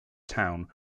town